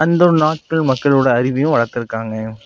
அந்த நாட்டு மக்களோடய அறிவையும் வளர்த்துருக்காங்க